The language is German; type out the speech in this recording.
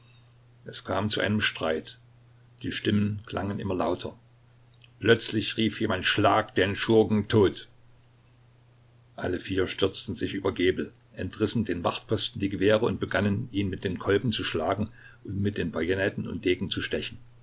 es kam zu einem streit die stimmen klangen immer lauter plötzlich rief jemand schlagt den schurken tot alle vier stürzten sich über gebel entrissen den wachtposten die gewehre und begannen ihn mit den kolben zu schlagen und mit den bajonetten und degen zu stechen